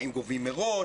אם גובים מראש.